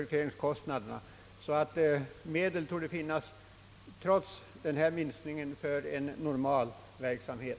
Medel torde alltså finnas för en normal verksamhet, trots den föreslagna minskningen av anslaget.